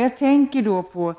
Jag tänker då på